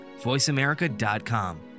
voiceamerica.com